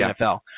NFL